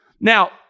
Now